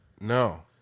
No